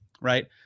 right